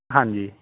ਹਾਂਜੀ